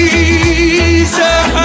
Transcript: Jesus